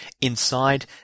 inside